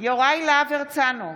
יוראי להב הרצנו,